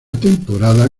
temporada